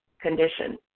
condition